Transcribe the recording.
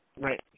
Right